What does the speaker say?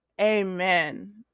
Amen